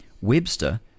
Webster